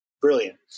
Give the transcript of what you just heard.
Brilliant